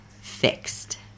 fixed